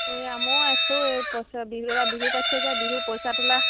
এইয়া ময়ো আছোঁ এই পইচা বিহু এইবাৰ বিহু পাতিছে যে বিহু পইচা তোলা